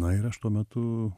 na ir aš tuo metu